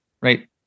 right